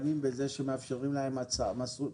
זה לפחות תיאור של המצב היום.